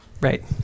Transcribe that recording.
right